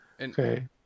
Okay